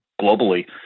globally